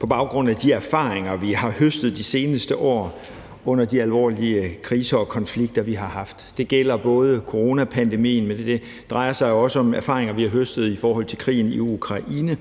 på baggrund af de erfaringer, vi har høstet de seneste år under de alvorlige kriser og konflikter, vi har haft. Det gælder både coronapandemien, men det drejer sig også om erfaringer, vi har høstet i forhold til krigen i Ukraine.